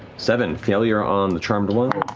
seven, failure on the charmed one.